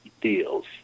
deals